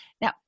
Now